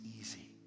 easy